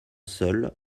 seul